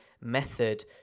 method